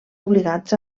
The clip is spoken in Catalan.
obligats